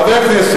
חברי הכנסת,